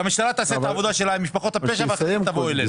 שהמשטרה תעשה את העבודה שלה עם משפחות הפשע ואחרי זה תבוא אלינו.